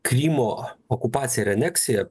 krymo okupacija ir aneksija